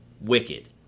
wicked